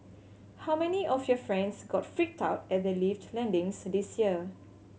how many of your friends got freaked out at their lift landings this year